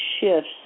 shifts